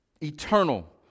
eternal